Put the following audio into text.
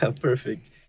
Perfect